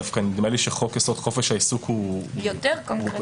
דווקא נדמה לי שחוק-יסוד: חופש העיסוק -- יותר קונקרטי.